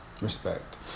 respect